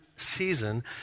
season